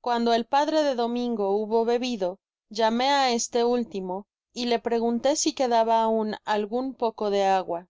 cuando el padre de domingo hubo bebido llamé á este último y le pregunté si quedaba aun algun poco de agua